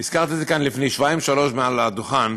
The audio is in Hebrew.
הזכרתי את זה לפני שבועיים-שלושה כאן מעל הדוכן: